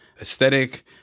aesthetic